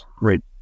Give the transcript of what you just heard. right